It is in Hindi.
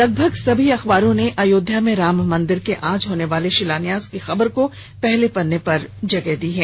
लगभग सभी अखबारों ने अयोध्या में राम मंदिर के आज होनेवाले शिलान्यास की खबर को पहले पन्ने पर प्रमुखता से जगह दी है